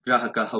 ಗ್ರಾಹಕ ಹೌದು